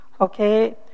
Okay